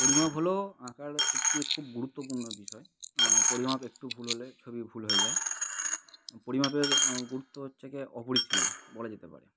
পরিমাপ হলো আঁকার একটি খুব গুরুত্বপূর্ণ বিষয় পরিমাপ একটু ভুল হলে ছবি ভুল হয়ে যায় পরিমাপের গুরুত্ব হচ্ছে গিয়ে অপরিসীম বলা যেতে পারে